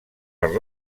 per